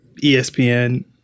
ESPN